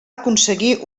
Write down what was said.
aconseguir